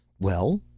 well?